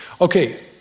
Okay